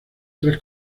tres